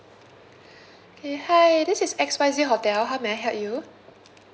k hi this is X Y Z hotel how may I help you